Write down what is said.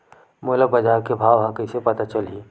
मोला बजार के भाव ह कइसे पता चलही?